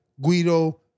Guido